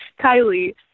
Kylie